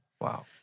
Wow